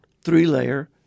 three-layer